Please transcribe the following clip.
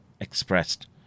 expressed